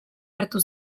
hartu